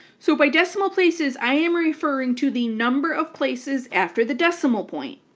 so by decimal places i am referring to the number of places after the decimal point.